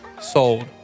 Sold